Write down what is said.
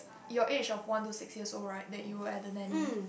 your age of one to six years old right that you are at the nanny